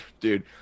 dude